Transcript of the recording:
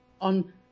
on